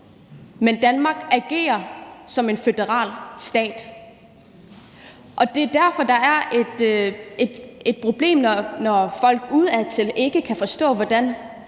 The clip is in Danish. men Danmark agerer som en føderal stat. Det er derfor, der er et problem, når folk udefra ikke kan forstå, hvordan